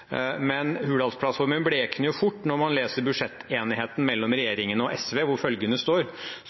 men Hurdalsplattformen blekner fort når man leser budsjettenigheten mellom regjeringen og SV, hvor følgende står: